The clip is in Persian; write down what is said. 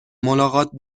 ملاقات